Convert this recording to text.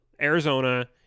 Arizona